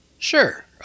Sure